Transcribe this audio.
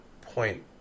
point